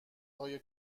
های